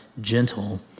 gentle